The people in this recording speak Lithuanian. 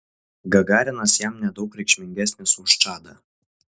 gagarinas jam nedaug reikšmingesnis už čadą